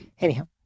Anyhow